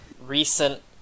recent